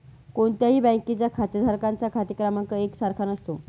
कोणत्याही बँकेच्या खातेधारकांचा खाते क्रमांक एक सारखा नसतो